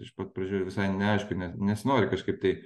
iš pat pradžių visai neaišku ne nesinori kažkaip tai